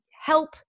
help